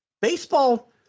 Baseball